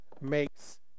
makes